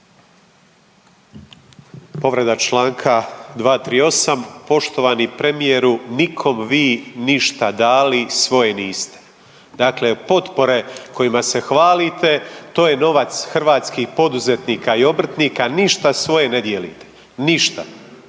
Povreda čl. 238. Poštovani premijeru, nikom vi ništa dali svoje niste. Dakle, potpore kojima se hvalite to je novac hrvatskih poduzetnika i obrtnika, ništa svoje ne dijelite, ništa,